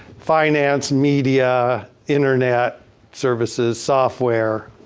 finance, media, internet services, software,